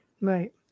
Right